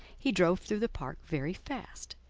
he drove through the park very fast,